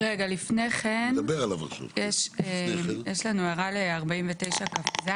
רגע, לפני כן, יש לנו הערה על 49(כ"ז).